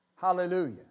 Hallelujah